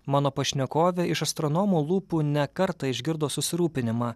mano pašnekovė iš astronomo lūpų ne kartą išgirdo susirūpinimą